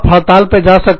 आप हड़ताल पर जा सकते हो